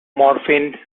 morphine